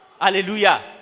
Hallelujah